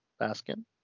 baskin